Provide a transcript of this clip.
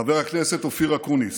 חבר הכנסת אופיר אקוניס,